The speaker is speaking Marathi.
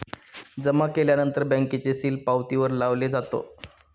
जमा केल्यानंतर बँकेचे सील पावतीवर लावले जातो